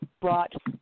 brought